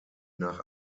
nach